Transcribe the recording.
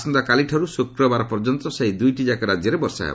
ଆସନ୍ତାକାଲିଠାରୁ ଶୁକ୍ରବାର ପର୍ଯ୍ୟନ୍ତ ସେହି ଦୁଇଟିଯାକ ରାଜ୍ୟରେ ବର୍ଷା ହେବ